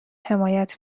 حمایت